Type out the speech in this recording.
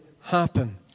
happen